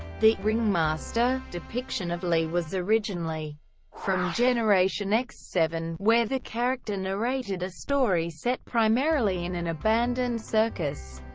the ringmaster depiction of lee was originally from generation x seven, where the character narrated a story set primarily in an abandoned circus.